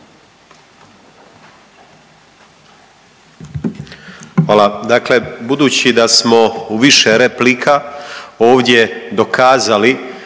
Hvala.